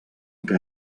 que